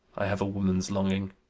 i have a woman's longing,